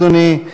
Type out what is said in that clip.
אדוני,